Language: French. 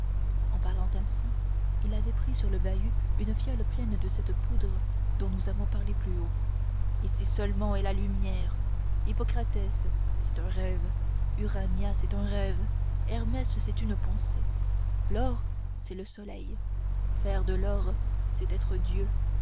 en parlant ainsi il avait pris sur le bahut une fiole pleine de cette poudre dont nous avons parlé plus haut ici seulement est la lumière hippocratès c'est un rêve urania c'est un rêve hermès c'est une pensée l'or c'est le soleil faire de l'or c'est être dieu